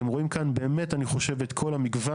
אתם רואים כאן, באמת אני חושב, את כל המגוון.